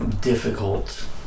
difficult